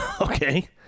Okay